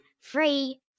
Free